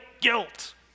guilt